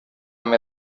amb